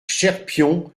cherpion